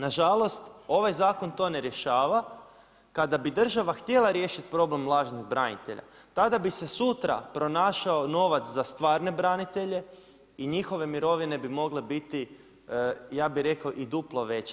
Nažalost ovaj zakon to ne rješava, kada bi država htjela riješiti problem lažnih branitelja tada bi se sutra pronašao novac za stvarne branitelje i njihove mirovine bi mogle biti, ja bi rekao, i duplo veće.